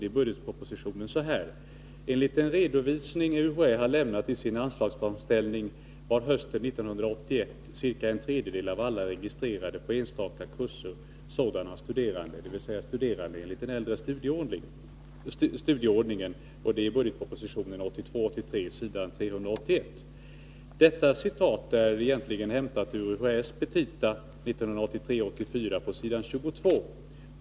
I budgetpropositionen står: ”Enligt den redovisning UHÄ har lämnat i sin anslagsframställning var hösten 1981 ca en tredjedel av alla registrerade på enstaka kurser sådana studerande” — dvs. studerande enligt den äldre studieordningen. Detta står att läsa i budgetpropositionen 1982 84 på s. 22.